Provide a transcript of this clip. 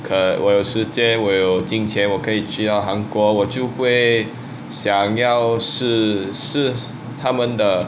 等我有时间我有金钱我可以去到韩国我就会想要试试他们的